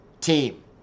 team